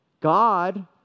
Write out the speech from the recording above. God